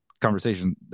conversation